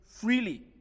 freely